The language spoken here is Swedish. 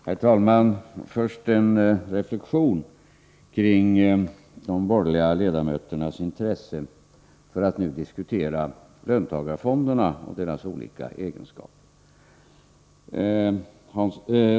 Herr talman! Först en reflexion med anledning av de borgerliga ledamöter | nas intresse för att nu diskutera löntagarfonderna och deras olika egenskaper.